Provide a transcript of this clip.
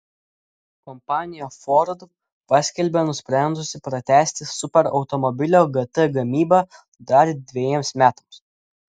kompanija ford paskelbė nusprendusi pratęsti superautomobilio gt gamybą dar dvejiems metams